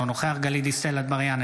אינו נוכח גלית דיסטל אטבריאן,